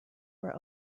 were